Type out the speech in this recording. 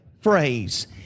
phrase